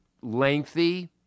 lengthy